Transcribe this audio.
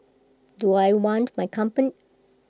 do I want my